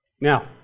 Now